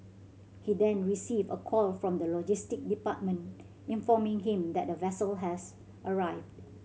he then received a call from the logistic department informing him that a vessel has arrived